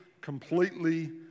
completely